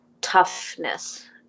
toughness